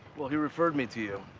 well, he referred me to you.